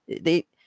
They-